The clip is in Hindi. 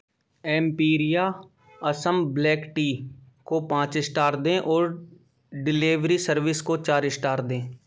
एम्पिरिआ असम ब्लैक टी को पाँच स्टार दें और डिलेवरी सर्विस को चार स्टार दें